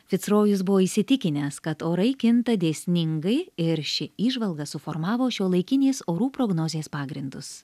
fitsrojus buvo įsitikinęs kad orai kinta dėsningai ir ši įžvalga suformavo šiuolaikinės orų prognozės pagrindus